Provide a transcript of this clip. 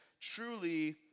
truly